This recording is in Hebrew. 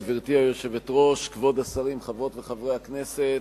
גברתי היושבת-ראש, כבוד השרים, חברות וחברי הכנסת,